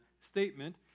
statement